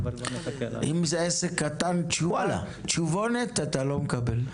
אם זה עסק קטן תשובונת אתה לא מקבל.